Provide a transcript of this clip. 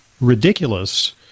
ridiculous